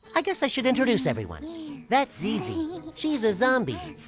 i guess i should introduce everyone that's zizi. she's a zombie.